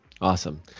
Awesome